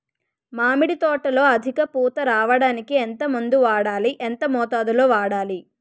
మామిడి తోటలో అధిక పూత రావడానికి ఎంత మందు వాడాలి? ఎంత మోతాదు లో వాడాలి?